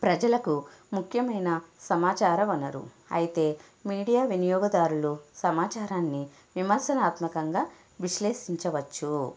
ప్రజలకు ముఖ్యమైన సమాచార వనరు అయితే మీడియా వినియోగదారులు సమాచారాన్ని విమర్శనాత్మకంగా విశ్లేషించవచ్చు